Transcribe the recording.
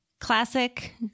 classic